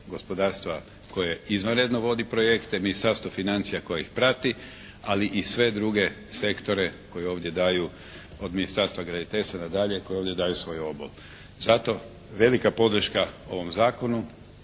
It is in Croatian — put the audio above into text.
gospodarstva koje izvanredno vodi projekte. Ministarstvo financija koje ih prati, ali i sve druge sektore koji ovdje daju od Ministarstva graditeljstva na dalje koji ovdje daju svoj obol. Zato velika podrška ovom zakonu.